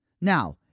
Now